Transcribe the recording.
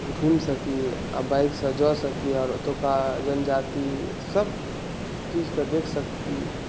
घुमि सकी आओर बाइक सँ जा सकी आओर ओतुका जनजाती सभ चीजके देख सकी